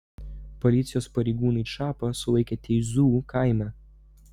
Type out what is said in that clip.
policijos pareigūnai čapą sulaikė teizų kaime